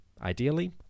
Ideally